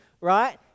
right